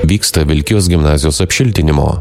vyksta vilkijos gimnazijos apšiltinimo